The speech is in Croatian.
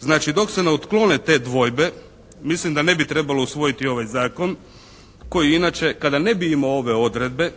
Znači dok se ne otklone te dvojbe mislim da ne bi trebalo usvojiti ovaj zakon koji inače kada ne bi imao ove odredbe